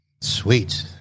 Sweet